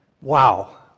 Wow